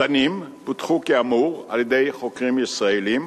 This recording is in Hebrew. הזנים פותחו, כאמור, על-ידי חוקרים ישראלים.